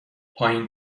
پایین